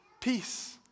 peace